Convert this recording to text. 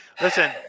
listen